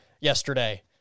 yesterday